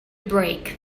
break